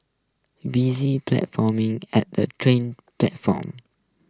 busy platforming at train platforms